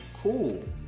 Cool